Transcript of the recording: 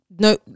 no